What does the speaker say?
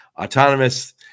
autonomous